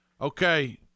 Okay